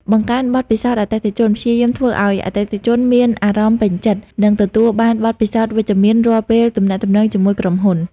បង្កើនបទពិសោធន៍អតិថិជន ព្យាយាមធ្វើឱ្យអតិថិជនមានអារម្មណ៍ពេញចិត្ត និងទទួលបានបទពិសោធន៍វិជ្ជមានរាល់ពេលទំនាក់ទំនងជាមួយក្រុមហ៊ុន។